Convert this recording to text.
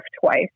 twice